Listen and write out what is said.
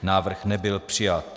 Návrh nebyl přijat.